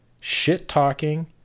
shit-talking